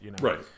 Right